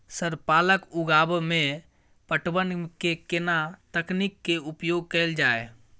Sir पालक उगाव में पटवन के केना तकनीक के उपयोग कैल जाए?